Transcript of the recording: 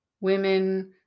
Women